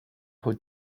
who